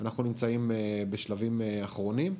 אנחנו נמצאים בשלבים אחרונים.